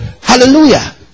Hallelujah